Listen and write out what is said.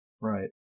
Right